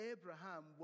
Abraham